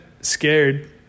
scared